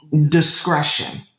discretion